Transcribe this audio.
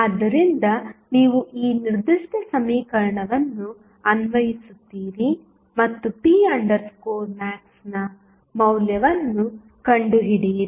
ಆದ್ದರಿಂದ ನೀವು ಈ ನಿರ್ದಿಷ್ಟ ಸಮೀಕರಣವನ್ನು ಅನ್ವಯಿಸುತ್ತೀರಿ ಮತ್ತು p max ನ ಮೌಲ್ಯವನ್ನು ಕಂಡುಹಿಡಿಯಿರಿ